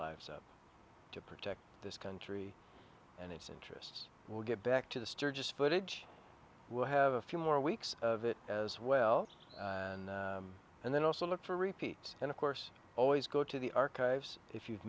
lives to protect this country and its interests we'll get back to the sturgis footage we'll have a few more weeks of it as well and then also look for repeats and of course always go to the archives if you've